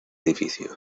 edificio